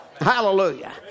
Hallelujah